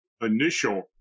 initial